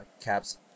Cap's